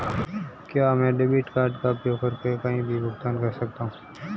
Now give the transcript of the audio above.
क्या मैं debit card का उपयोग करके कहीं भी भुगतान कर सकता हूं?